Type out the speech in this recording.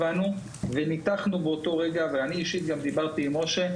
שהבנו וניתחנו באותו רגע וגם אישית דיברתי עם משה.